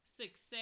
success